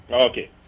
Okay